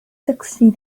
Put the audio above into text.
sixty